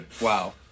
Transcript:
Wow